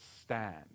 stand